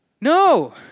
No